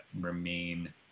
remain